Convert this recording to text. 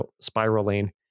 spiraling